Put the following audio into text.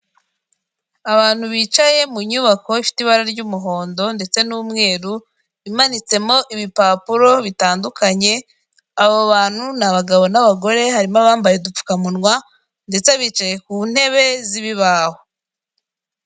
Abantu bicaye mu nyubako ifite ibara ry'umuhondo ndetse n'umweru imanitsemo ibipapuro bitandukanye, abo bantu ni abagabo n'abagore harimo abambaye udupfukamunwa ndetse bicaye ku ntebe z'ibibaho.